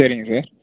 சரிங்க சார்